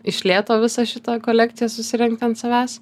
iš lėto visą šitą kolekciją susirinkt ant savęs